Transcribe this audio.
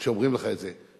כשאומרים לך את זה,